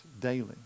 daily